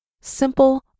simple